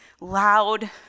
loud